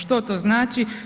Što to znači?